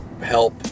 help